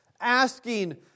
asking